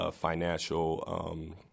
financial